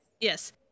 Yes